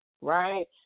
Right